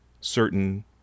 certain